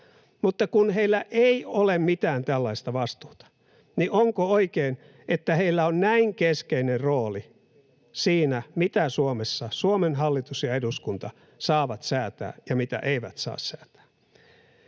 Mutta kun heillä ei ole mitään tällaista vastuuta, niin onko oikein, että heillä on näin keskeinen rooli siinä, mitä Suomessa Suomen hallitus ja eduskunta saavat säätää ja mitä eivät saa säätää?